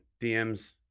DMs